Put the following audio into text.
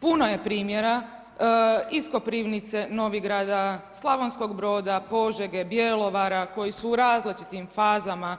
Puno je primjera iz Koprivnice, Novigrada, Slavonskog Broda, Požege, Bjelovara koji su u različitim fazama